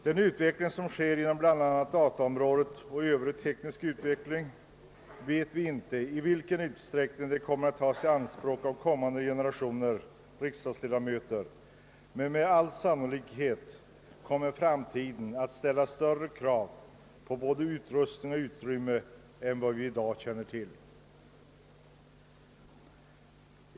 Vi vet inte i vilken utsträckning datateknik och tekniska hjälpmedel kommer att tas i anspråk av kommande generationer riksdagsledamöter, men med all sannolikhet kommer de att ställa större krav på både utrustning och utrymme än vi i dag gör.